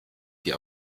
die